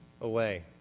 away